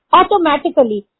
automatically